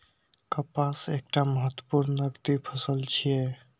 कपास एकटा महत्वपूर्ण नकदी फसल छियै